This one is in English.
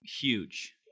Huge